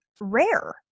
rare